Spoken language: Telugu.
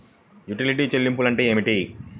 యుటిలిటీల చెల్లింపు అంటే ఏమిటి?